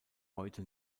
heute